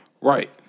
Right